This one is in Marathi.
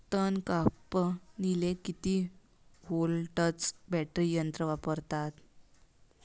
तन कापनीले किती व्होल्टचं बॅटरी यंत्र वापरतात?